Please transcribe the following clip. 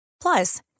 Plus